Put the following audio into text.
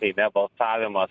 seime balsavimas